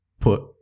put